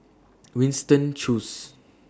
Winston Choos